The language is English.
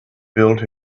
built